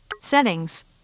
Settings